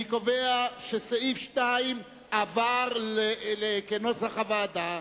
אני קובע שסעיף 2 עבר כנוסח הוועדה.